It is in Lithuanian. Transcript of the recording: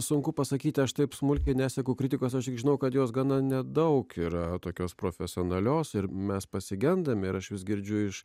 sunku pasakyti aš taip smulkiai neseku kritikos o tik žinau kad jos gana nedaug yra tokios profesionalios ir mes pasigendame ir aš vis girdžiu iš